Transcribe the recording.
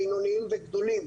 בינוניים וגדולים.